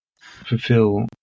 fulfill